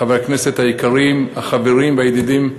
חברי הכנסת היקרים, החברים והידידים,